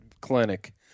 clinic